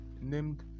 named